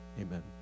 Amen